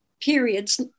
periods